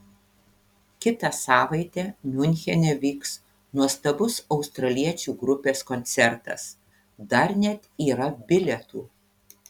kitą savaitę miunchene vyks nuostabus australiečių grupės koncertas dar net yra bilietų